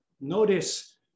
Notice